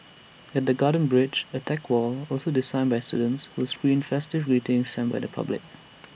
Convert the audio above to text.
at the garden bridge A tech wall also designed by the students will screen festive greetings sent by the public